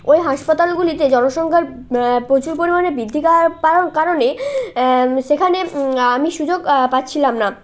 ওই হাসপাতালগুলিতে জনসংখ্যার প্রচুর পরিমাণে বৃদ্ধি কা পাওন কারণে সেখানে আমি সুযোগ পাচ্ছিলাম না